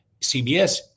CBS